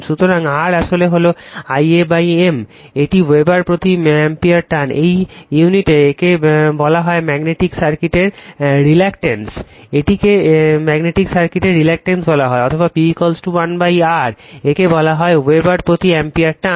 সুতরাং R আসলে হলো lA M এটি ওয়েবার প্রতি অ্যাম্পিয়ার টার্ন এটি ইউনিটি একে বলা হয় ম্যাগনেটিক সার্কিটের রিলাক্টান্স এটিকে ম্যাগনেটিক সার্কিটের রিলাক্টান্স বলা হয় অথবা P 1 R একে বলা হয় ওয়েবার প্রতি অ্যাম্পিয়ার টার্ন